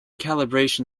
calibration